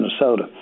Minnesota